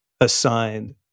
assigned